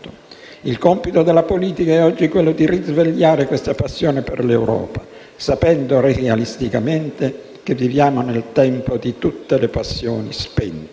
Il compito della politica è oggi quello di risvegliare questa passione per l'Europa: sapendo realisticamente che viviamo nel tempo di tutte le passioni spente.